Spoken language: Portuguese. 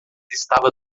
estava